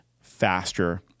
faster